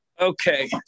Okay